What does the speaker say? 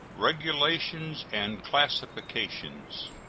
regulations and classification.